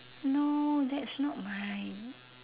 no that's not my